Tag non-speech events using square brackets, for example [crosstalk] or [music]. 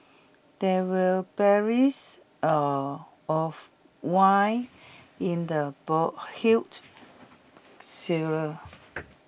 there were barrels are of wine in the ball huge [unintelligible]